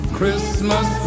Christmas